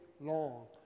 long